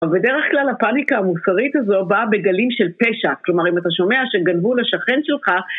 ובדרך כלל הפאניקה המוסרית הזו באה בגלים של פשע. כלומר, אם אתה שומע שגנבו לשכן שלך...